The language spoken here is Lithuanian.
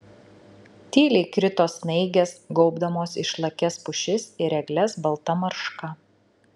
tyliai krito snaigės gaubdamos išlakias pušis ir egles balta marška